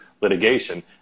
litigation